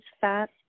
fat